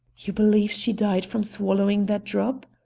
you believe she died from swallowing that drop?